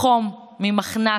מחום, ממחנק,